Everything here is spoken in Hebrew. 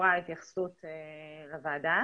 הועברה התייחסות לוועדה.